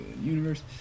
universe